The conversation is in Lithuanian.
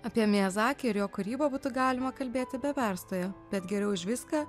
apie miazaki ir jo kūrybą būtų galima kalbėti be perstojo bet geriau už viską